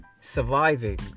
surviving